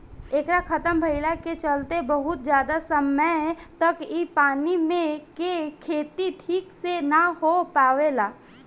एकरा खतम भईला के चलते बहुत ज्यादा समय तक इ पानी मे के खेती ठीक से ना हो पावेला